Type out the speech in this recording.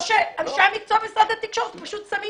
או שאנשי המקצוע במשרד התקשורת פשוט שמים